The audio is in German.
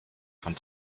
von